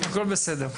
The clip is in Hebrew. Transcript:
הכול בסדר.